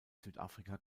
südafrika